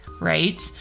right